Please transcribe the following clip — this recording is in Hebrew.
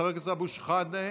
חבר הכנסת אבו שחאדה,